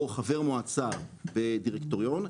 או חבר מועצה בדירקטוריון,